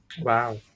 wow